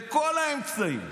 בכל האמצעים.